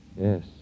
Yes